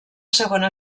segona